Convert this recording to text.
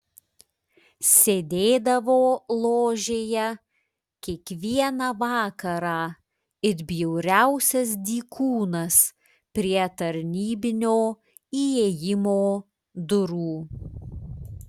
sėdėdavo ložėje kiekvieną vakarą it bjauriausias dykūnas prie tarnybinio įėjimo durų